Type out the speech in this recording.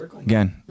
again